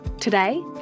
Today